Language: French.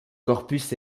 corpus